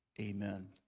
Amen